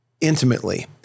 intimately